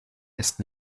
ist